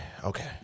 Okay